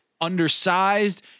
undersized